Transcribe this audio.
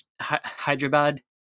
Hyderabad